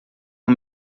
uma